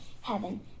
heaven